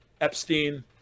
Epstein